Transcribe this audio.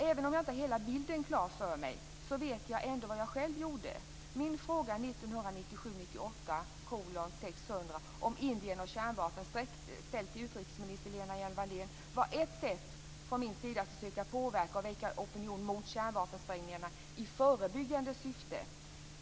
Även om jag inte har hela bilden klar för mig vet jag åtminstone vad jag själv gjort. Min fråga 1997/98:600 om Indien och kärnvapen, som ställdes till utrikesminister Lena Hjelm-Wallén, var ett sätt att försöka påverka och väcka opinion mot kärnvapensprängningarna i förebyggande syfte.